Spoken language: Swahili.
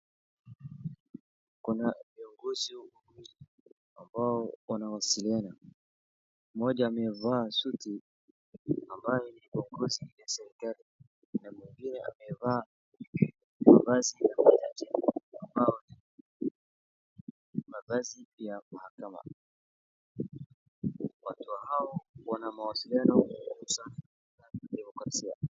Kuna viongozi wawili ambao wanawasiliana, mmoja amevaa suti ambaye ni kiongozi wa serikali na mwingine amevaa sare ya jaji ambayo ni mavazi ya mahakama, watu hao wana mawasiliano karibu sana bila kukosea.